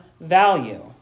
value